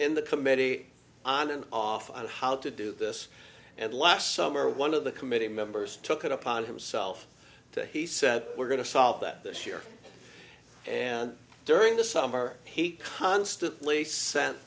committee on and off of how to do this and last summer one of the committee members took it upon himself to he said we're going to solve that this year and during the summer he constantly sent